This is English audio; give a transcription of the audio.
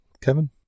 Kevin